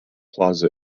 plaza